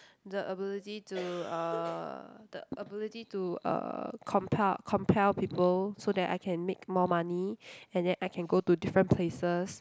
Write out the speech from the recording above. the ability to uh the ability to uh compart compel people so that I can make more money and then I can go to different places